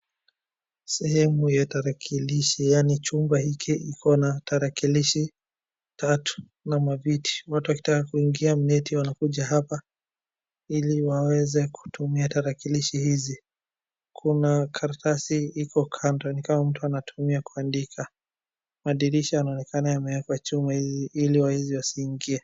Sehemu ya tarakilishi, yaani chumba hiki kikona tarakilishi tatu na maviti. Watu wakitaka kuingia mneti wanakuja hapa ili waweze kutumia tarakilishi hizi. Kuna karatasi iko kando nikama mtu anatumia kuandika. Madirisha yanaonekana yamewekwa chuma ili wezi wasiingie.